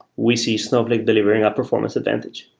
we see snowflake delivering a performance advantage.